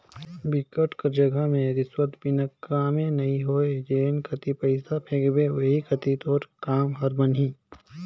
बिकट कर जघा में रिस्वत बिना कामे नी होय जेन कती पइसा फेंकबे ओही कती तोर काम हर बनही